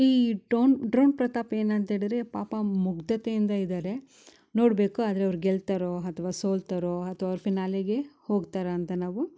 ಈ ಡೋನ್ ಡ್ರೋನ್ ಪ್ರತಾಪ್ ಏನಂತೇಳಿರೆ ಪಾಪ ಮುಗ್ಧತೆಯಿಂದ ಇದ್ದಾರೆ ನೋಡಬೇಕು ಆದರೆ ಅವ್ರ ಗೆಲ್ತರೋ ಅಥ್ವ ಸೋಲ್ತರೋ ಅಥ್ವ ಅವ್ರ ಫಿನಾಲೆಗೆ ಹೋಗ್ತರಾ ಅಂತ ನಾವು